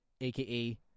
AKA